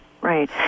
right